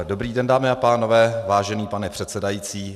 Dobrý den, dámy a pánové, vážený pane předsedající.